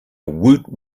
woot